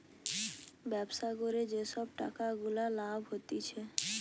ব্যবসা করে যে সব টাকা গুলা লাভ হতিছে